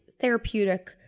therapeutic